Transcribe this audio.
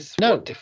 No